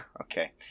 Okay